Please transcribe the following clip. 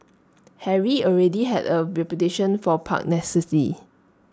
Harry already had A reputation for pugnacity